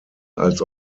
als